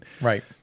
Right